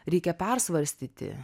reikia persvarstyti